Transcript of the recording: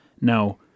Now